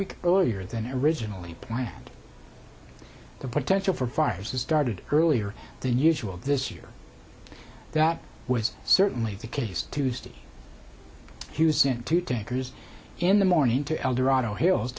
week earlier than originally planned the potential for fires are started earlier than usual this year that was certainly the case tuesday he was sent to tinkers in the morning to eldorado hills